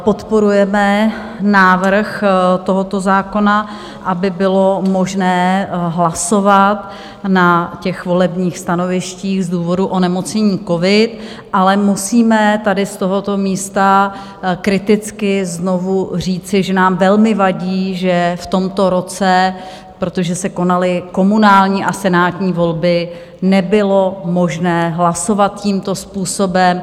Podporujeme návrh tohoto zákona, aby bylo možné hlasovat na volebních stanovištích z důvodu onemocnění covidem, ale musíme tady z tohoto místa znovu kriticky říci, že nám velmi vadí, že v tomto roce protože se konaly komunální a senátní volby nebylo možné hlasovat tímto způsobem.